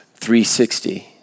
360